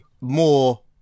more